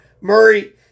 Murray –